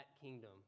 kingdom